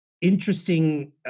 Interesting